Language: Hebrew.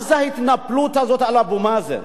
מה זו ההתנפלות הזאת על אבו מאזן?